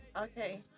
Okay